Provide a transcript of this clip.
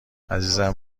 عزیزم